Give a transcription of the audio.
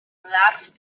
larw